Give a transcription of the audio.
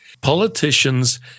Politicians